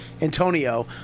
Antonio